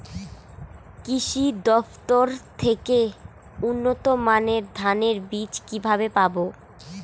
কৃষি দফতর থেকে উন্নত মানের ধানের বীজ কিভাবে পাব?